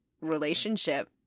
relationship